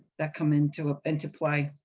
that come in to ah and to play,